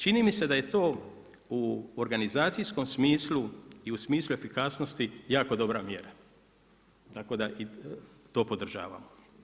Čini mi se da je to u organizacijskom smislu i u smislu efikasnosti jako dobra mjera, tako da i to podržavam.